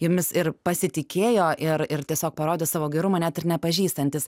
jumis ir pasitikėjo ir ir tiesiog parodė savo gerumą net ir nepažįstantys